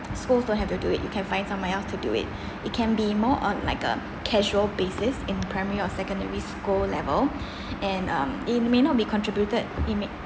schools don't have to do it you can find someone else to do it it can be more on like a casual basis in primary or secondary school level and um it may not be contributed it may